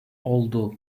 oldu